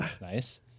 Nice